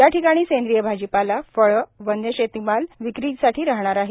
याठिकाणी सेंद्रिय भाजीपाला फळे वन्य शेतमाल विक्री राहणार आहे